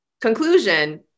conclusion